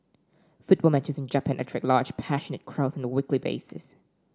football matches in Japan attract large passionate crowds on a weekly basis